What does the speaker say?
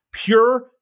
Pure